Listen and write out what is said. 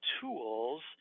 tools